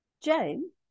Jane